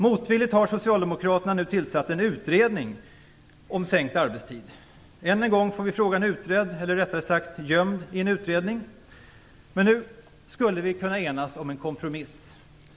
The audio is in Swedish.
Motvilligt har Socialdemokraterna nu tillsatt en utredning om sänkt arbetstid. Än en gång får vi frågan utredd, eller rättare sagt gömd i en utredning. Men nu skulle vi kunna enas om en kompromiss.